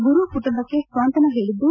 ಗುರು ಕುಟುಂಬಕ್ಕೆ ಸ್ವಾಂತನ ಹೇಳಿದ್ದು